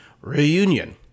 reunion